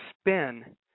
spin